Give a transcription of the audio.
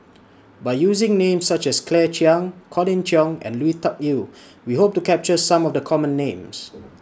By using Names such as Claire Chiang Colin Cheong and Lui Tuck Yew We Hope to capture Some of The Common Names